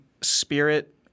spirit